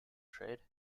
trade